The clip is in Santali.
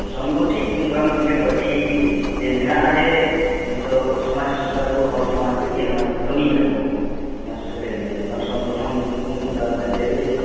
ᱥᱚᱝᱜᱚᱴᱷᱤᱠ ᱚᱱᱠᱟ ᱢᱤᱫᱴᱮᱱ ᱯᱟᱹᱴᱤ ᱡᱮ ᱢᱮᱱᱟᱜᱼᱟ ᱡᱮ ᱱᱤᱛᱳᱜ ᱥᱚᱢᱟᱡᱽ ᱥᱩᱥᱟᱨᱤᱭᱟᱹ ᱟᱵᱚ ᱦᱚᱲ ᱥᱚᱢᱟᱡᱽ ᱞᱟᱹᱜᱤᱫ ᱚᱱᱟ ᱠᱚ ᱠᱟᱹᱢᱤᱭᱮᱫᱟᱠᱚ ᱩᱱᱠᱩ ᱥᱚᱢᱟᱡᱽ ᱥᱩᱥᱟᱹᱨᱤᱭᱟᱹ ᱞᱟᱹᱜᱤᱫ ᱚᱱᱠᱟᱱ ᱥᱚᱝᱜᱚᱴᱷᱚᱱ ᱧᱩᱛᱩᱢ ᱢᱤᱫ ᱵᱟᱨ ᱵᱮᱱ ᱞᱟᱹᱭ ᱫᱟᱲᱮ ᱠᱮᱭᱟ